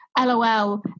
LOL